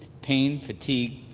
pain, fatigue,